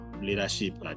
leadership